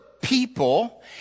people